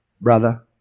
Brother